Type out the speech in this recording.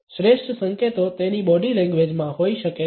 શ્રેષ્ઠ સંકેતો તેની બોડી લેંગ્વેજમાં હોઈ શકે છે